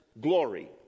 glory